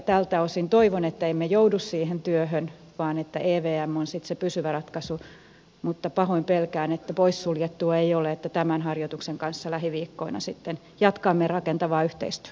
tältä osin toivon että emme joudu siihen työhön vaan että evm on sitten se pysyvä ratkaisu mutta pahoin pelkään että poissuljettua ei ole että tämän harjoituksen kanssa lähiviikkoina sitten jatkamme rakentavaa yhteistyötä